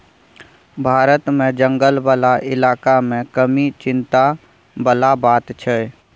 भारत मे जंगल बला इलाका मे कमी चिंता बला बात छै